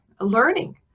learning